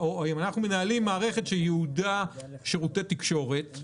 ומנהלים מערכת שייעודה שירותי תקשורת,